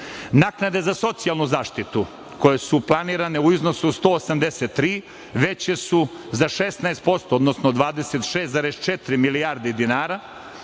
šta? Naknade za socijalnu zaštitu koje su planirane u iznosu od 183 veće su za 16%, odnosno 26,4 milijardi dinara,